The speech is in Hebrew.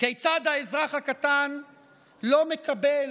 כיצד האזרח הקטן לא מקבל